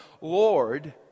Lord